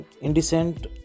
indecent